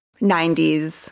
90s